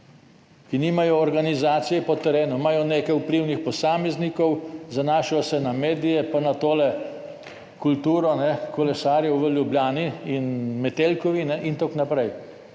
ki nimajo organizacije po terenu imajo nekaj vplivnih posameznikov, zanašajo se na medije, pa na to kulturo kolesarjev v Ljubljani in Metelkovi in tako naprej.